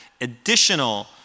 additional